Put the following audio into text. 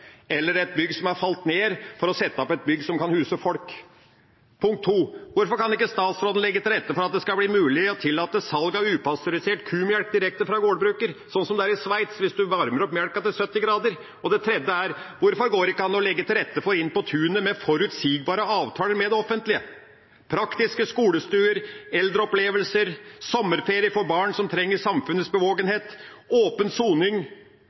eller et bygg som er falt ned, for å sette opp et bygg som kan huse folk? Hvorfor kan ikke statsråden legge til rette for at det skal bli mulig å tillate salg av upasteurisert kumelk direkte fra gårdbruker, sånn som det er i Sveits, hvis en varmer opp melka til 70°C? Hvorfor går det ikke an å legge til rette for Inn på tunet med forutsigbare avtaler med det offentlige – ha praktiske skolestuer, eldreopplevelser, sommerferie for barn som trenger samfunnets bevågenhet, åpen soning